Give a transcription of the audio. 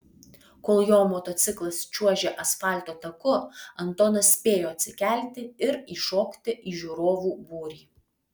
kol jo motociklas čiuožė asfalto taku antonas spėjo atsikelti ir įšokti į žiūrovų būrį